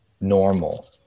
normal